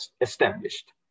established